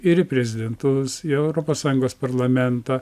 ir į prezidentus į europos sąjungos parlamentą